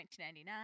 1999